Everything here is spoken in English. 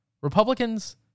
Republicans